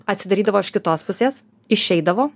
atsidarydavo iš kitos pusės išeidavo